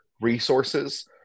resources